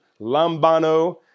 lambano